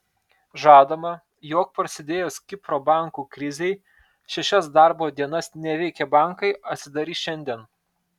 žadama jog prasidėjus kipro bankų krizei šešias darbo dienas neveikę bankai atsidarys šiandien